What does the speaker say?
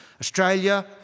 Australia